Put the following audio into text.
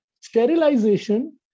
sterilization